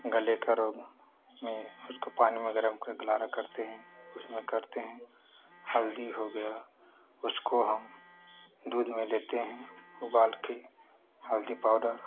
गले का रोग में उसको पानी वगैरह में गरारा करते हैं उसमें करते है हल्दी हो गया उसको हम दूध में लेते हैं उबाल कर हल्दी पाउडर